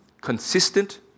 consistent